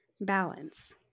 balance